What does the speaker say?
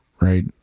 Right